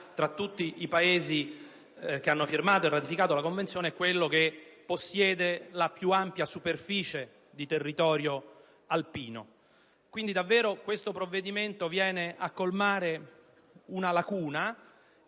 tra tutti i Paesi che hanno firmato e ratificato la Convenzione, è quello che vanta la più ampia superficie del territorio alpino considerato. Questo provvedimento colma davvero una lacuna